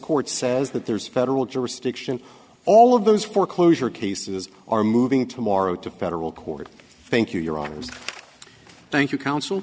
court says that there's federal jurisdiction all of those foreclosure cases are moving tomorrow to federal court thank you your arms thank you counsel